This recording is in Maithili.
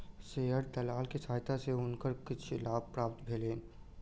शेयर दलाल के सहायता सॅ हुनका किछ लाभ प्राप्त भेलैन